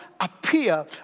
appear